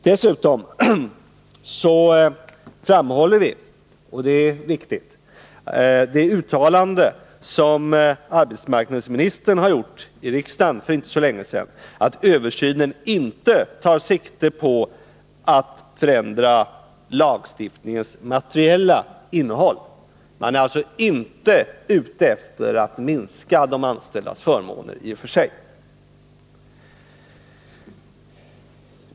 Dessutom framhåller vi — och det är viktigt — det uttalande som arbetsmarknadsministern har gjort i riksdagen för inte så länge sedan, nämligen att översynen inte tar sikte på att förändra lagstiftningens materiella innehåll. Man är alltså inte ute efter att minska de anställdas förmåner i och för sig.